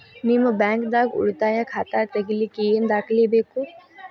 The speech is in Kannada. ನಿಮ್ಮ ಬ್ಯಾಂಕ್ ದಾಗ್ ಉಳಿತಾಯ ಖಾತಾ ತೆಗಿಲಿಕ್ಕೆ ಏನ್ ದಾಖಲೆ ಬೇಕು?